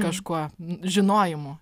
kažkuo žinojimu